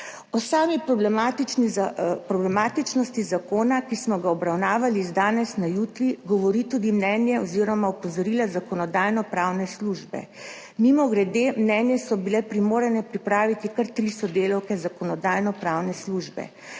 O sami problematičnosti zakona, ki smo ga obravnavali z danes na jutri, govori tudi mnenje oziroma opozorila Zakonodajno-pravne službe. Mimogrede, mnenje so bile primorane pripraviti kar tri sodelavke Zakonodajno-pravne službe.